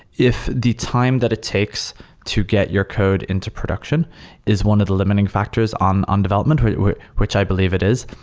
if the time that it takes to get your code into production is one of the limiting factors on on development, which which i believe it is,